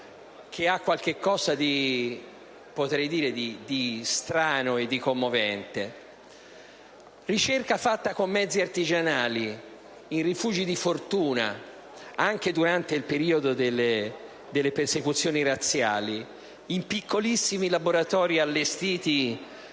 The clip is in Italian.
che ha qualcosa di strano e di commovente; la ricerca fatta con mezzi artigianali, in rifugi di fortuna anche durante il periodo delle persecuzioni razziali, in piccolissimi laboratori allestiti